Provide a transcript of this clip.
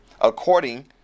according